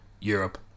Europe